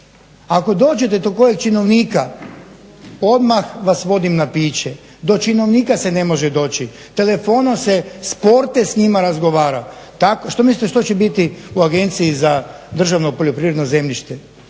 Ako dođete do kojeg činovnika odmah vas vodim na piće. Do činovnika se ne može doći, telefonom se s porte s njima razgovara. Što mislite što će biti u Agenciji za državno poljoprivredno zemljište?